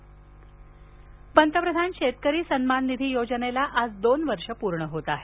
किसान सन्मान पंतप्रधान शेतकरी सन्मान निधी योजनेला आज दोन वर्ष पूर्ण होत आहेत